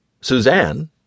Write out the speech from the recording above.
Suzanne